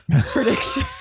prediction